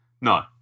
No